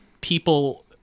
people